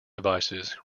devices